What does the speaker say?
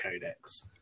codex